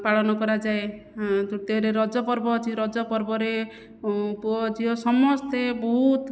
ପାଳନ କରାଯାଏ ତୃତୀୟରେ ରଜପର୍ବ ଅଛି ରଜପର୍ବରେ ପୁଅ ଝିଅ ସମସ୍ତେ ବହୁତ